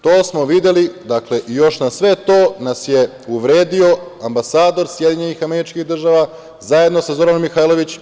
To smo videli i još na sve to nas je uvredio ambasador SAD, zajedno sa Zoranom Mihajlović.